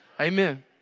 Amen